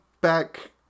back